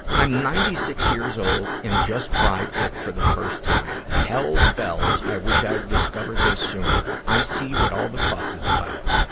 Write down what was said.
i'm ninety six years old, and just tried it for the first time. hell's bells, i wish i'd discovered this sooner. i see what all the fuss is about.